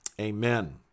amen